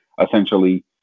essentially